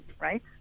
right